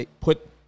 put